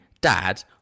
Dad